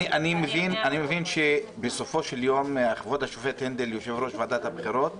אני מבין שבסופו של יום כבוד השופט הנדל יושב-ראש ועדת הבחירות אמר: